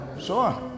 Sure